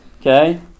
okay